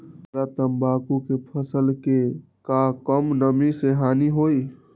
हमरा तंबाकू के फसल के का कम नमी से हानि होई?